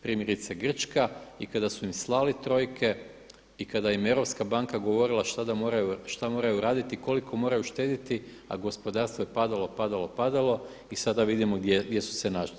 Primjerice Grčka i kada su im slali trojke i kada im je europska banka govorila šta moraj raditi, koliko moraju štedjeti a gospodarstvo je padalo, padalo, padalo i sada vidimo gdje su se našli.